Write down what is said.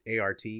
art